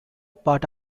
part